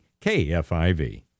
KFIV